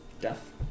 Death